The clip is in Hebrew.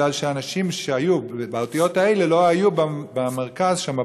מפני שהאנשים באותיות האלה לא היו במרכז שם,